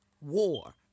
war